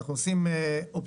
ואנחנו עושים אופטימיזציה,